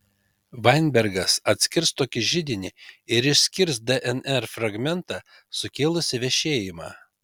vainbergas atskirs tokį židinį ir išskirs dnr fragmentą sukėlusį vešėjimą